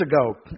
ago